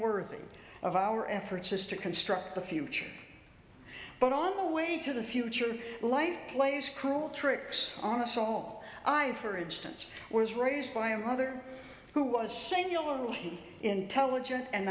worthy of our efforts is to construct the future but on the way to the future life playschool tricks on a saw i for instance was raised by a mother who was singularly intelligent and